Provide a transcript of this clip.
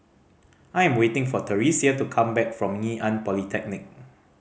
I am waiting for Theresia to come back from Ngee Ann Polytechnic